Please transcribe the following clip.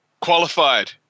qualified